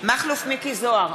מכלוף מיקי זוהר,